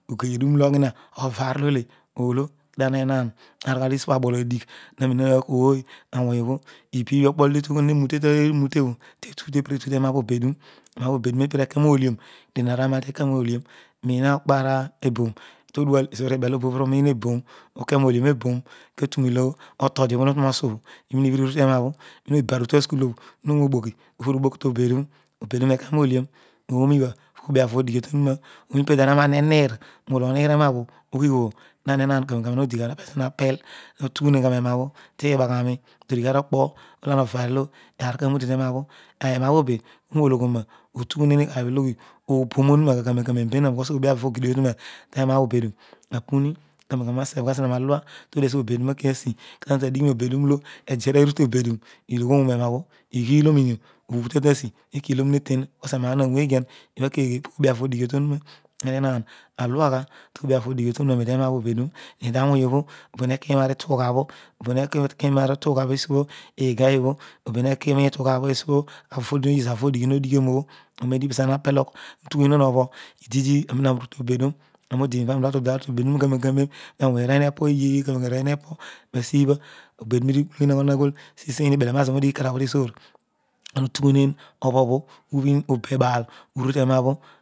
Ogey edurn olo oghina ova arolole olo kedio ana enaan arogha tesuo aboladigh napma koor awuny obho ibiibrokpo enu meroute tepnedu tomebho obeduro eroabho obedun to odual ezor ibel obo ibir iroin eboom uke molian eboon teturoilo otodi obho toturoosu obho umiin ubhin nu temebho miibarutue asukui obho toturoo moghie ubir uroogh to obeduro obeduro eke modiom oonibha oobibha po obiavo odighi obho tohuma oorol rediobho neniir moru oniir eroa bho ogir obho ana enaan karoem karoem ana odigha na za ana na pel na tugha na gha roeroabho tibagharoi hohigh onakpo lo ana ovadioaar ka route teroabho eroa bhe be malogh roa otugbal oparabi ologbi obuom obuma kamen tareh benan euo oobol auo ogir omuma te mobho obedum ka kamen okool ba sbh bha zina mahia ro digh esio obho obedum akio asi obho kedio na tuadighi mobedum lo edu ara you obedum eloghol urou memal ighi lophi obo tadu abi teki eten emabho eghan ibhakegha oblavo bho tomroa niteroabho ana enaan alua gba tobi ano odighig obho to nuroa roidema oho obedum eidi awun obho obo neki nantugh auo obo nekiroa ru tughabha ezugeeobho obo nekima ritughabhol avo to ule avo odighi roodighi no dighiom obho ooroedi pezo ama na pelogh utughu mem obhor ididi orooaami uru to obedun menani odimiban ani uduatu odua uru to obedun kamem kamen arooy mepo eye arooy hepo eyibha obedum he bulughuan ana egour sisein belemaan ezo modighi kerabh obho tezoor pana utughuneen obhoor bho ubhin ibebaar urutena bho